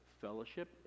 fellowship